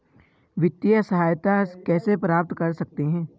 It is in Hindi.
वित्तिय सहायता कैसे प्राप्त कर सकते हैं?